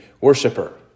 worshiper